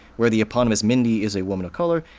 where the eponymous mindy is a woman of color,